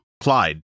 Clyde